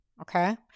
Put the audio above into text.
okay